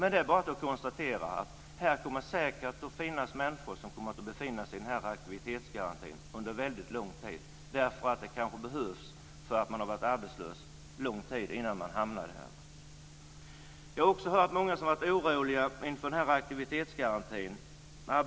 Men det är bara att konstatera att det säkert finns människor som kommer att befinna sig i den här aktivitetsgarantin under väldigt lång tid. Men det kanske behövs om de har varit arbetslösa en lång tid innan dess. Jag har också hört många arbetslösa människor som har varit oroliga inför aktivitetsgarantin.